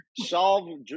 Solve